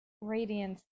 Radiance